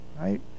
right